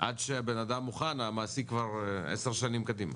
עד שהבנאדם מוכן המעסיק כבר עשר שנים קדימה.